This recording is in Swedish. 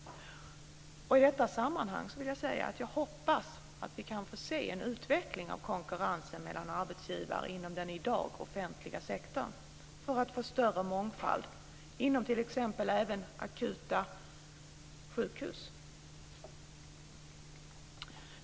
I detta sammanhang vill jag säga att jag hoppas att vi kan få se en utveckling av konkurrensen mellan arbetsgivare inom den i dag offentliga sektorn för att få större mångfald, även inom t.ex. akutsjukhus.